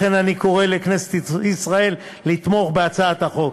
לכן, אני קורא לכנסת ישראל לתמוך בהצעת החוק.